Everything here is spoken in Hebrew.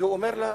והוא אומר לה: